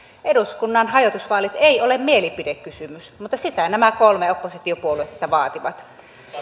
eduskunnan hajotusvaalit eivät ole mielipidekysymys mutta niitä nämä kolme oppositiopuoluetta vaativat